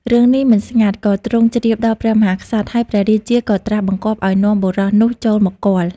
រឿងនេះមិនស្ងាត់ ក៏ទ្រង់ជ្រាបដល់ព្រះមហាក្សត្រ ហើយព្រះរាជាក៏ត្រាស់បង្គាប់ឱ្យនាំបុរសនោះចូលមកគាល់។